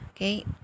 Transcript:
Okay